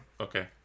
okay